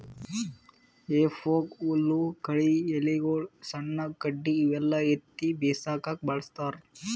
ಹೆಫೋಕ್ ಹುಲ್ಲ್ ಕಳಿ ಎಲಿಗೊಳು ಸಣ್ಣ್ ಕಡ್ಡಿ ಇವೆಲ್ಲಾ ಎತ್ತಿ ಬಿಸಾಕಕ್ಕ್ ಬಳಸ್ತಾರ್